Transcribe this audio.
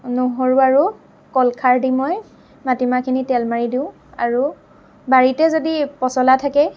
নহৰু আৰু কলখাৰ দি মই মাটিমাহখিনি তেল মাৰি দিওঁ আৰু বাৰীতে যদি পচলা থাকে